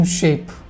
shape